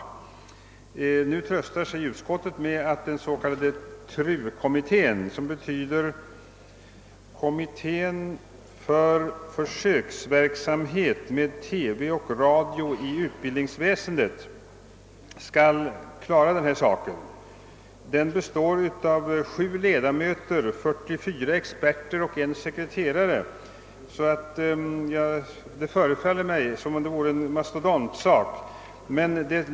Utskottet tröstar sig med att den s.k. TRU-kommittén — som betyder kommittén för försöksverksamhet med TV och radio i utbildningsväsendet — skall klara den här saken. Kommittén består av 7 ledamöter, 44 experter och en sekreterare. Det förefaller mig som om det vore en mastodontkommitté.